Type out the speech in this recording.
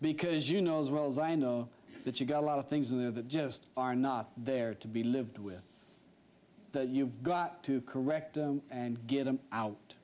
because you know as well as i know that you got a lot of things in there that just are not there to be lived with that you've got to correct and get them out